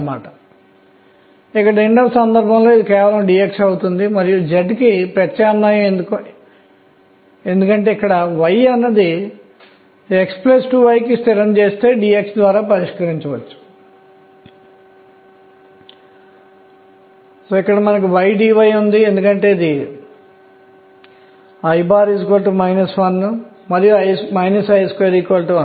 కాబట్టి ఈ ఉపన్యాసంలో మనం నేర్చుకున్నది ఏమిటంటే పరమాణువులోని ఎలక్ట్రాన్ యొక్క కోణీయ ద్రవ్యవేగం విలువలు l 0 2 మొదలైన వాటిని కలిగి ఉండవచ్చు